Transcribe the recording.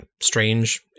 strange